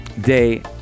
day